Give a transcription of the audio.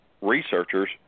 researchers